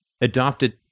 adopted